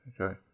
Okay